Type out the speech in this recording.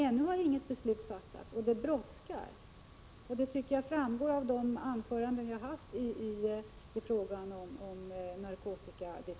Ännu har dock inget beslut fattats, men att det brådskar med ett sådant tycker jag framgår av de anföranden som vi har hållit i frågan om narkotikadefinitionen.